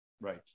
Right